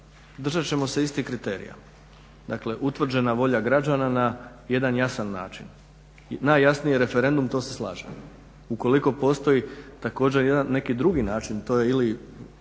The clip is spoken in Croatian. držat ćemo se istih kriterija. Dakle utvrđena volja građana na jedan jasan način. Najjasniji je referendum to se slažem. Ukoliko postoji neki drugi način to je ili